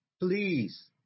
Please